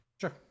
Sure